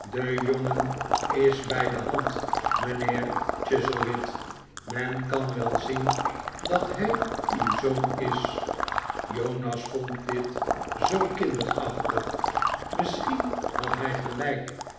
de jongen is bij de hand mijnheer chuzzlewit men kan wel zien dat hij uw zoon is jonas vond dit zoo kinderachtig misschien had hij gelijk